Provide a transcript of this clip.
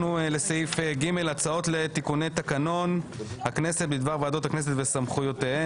הצעות לתיקוני תקנון הכנסת בדבר ועדות הכנסת וסמכויותיהן